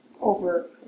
over